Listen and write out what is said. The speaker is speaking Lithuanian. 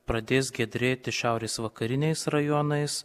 pradės giedrėti šiaurės vakariniais rajonais